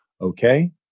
okay